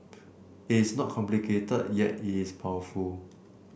it is not complicated yet it is powerful